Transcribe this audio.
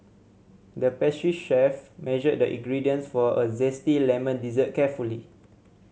the pastry chef measured the ingredients for a zesty lemon dessert carefully